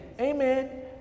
Amen